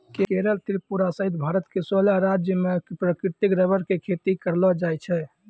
केरल त्रिपुरा सहित भारत के सोलह राज्य मॅ प्राकृतिक रबर के खेती करलो जाय छै